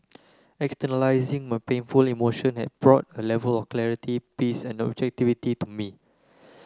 externalizing my painful emotion had brought A Level of clarity peace and objectivity to me